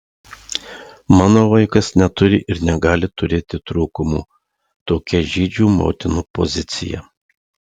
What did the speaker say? mano vaikas neturi ir negali turėti trūkumų tokia žydžių motinų pozicija